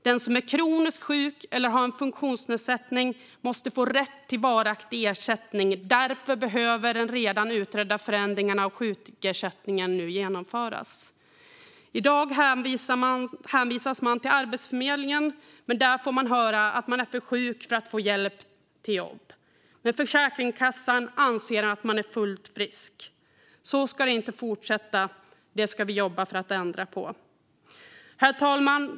Den som är kroniskt sjuk eller har en funktionsnedsättning måste få rätt till varaktig ersättning. Därför behöver de redan utredda förändringarna av sjukersättningen nu genomföras. I dag hänvisas man till Arbetsförmedlingen, men där får man höra att man är för sjuk för att få hjälp till jobb, men Försäkringskassan anser att man är fullt frisk. Så ska det inte fortsätta. Det ska vi jobba för att ändra på. Herr talman!